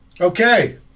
Okay